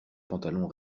pantalon